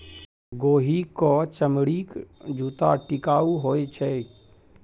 गोहि क चमड़ीक जूत्ता टिकाउ होए छै